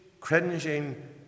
cringing